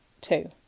Two